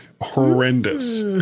horrendous